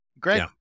Great